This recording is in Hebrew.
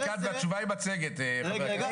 התשובה היא מצגת, חבר הכנסת ברקת.